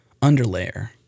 underlayer